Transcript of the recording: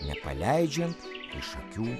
nepaleidžiant iš akių